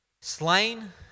slain